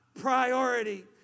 priority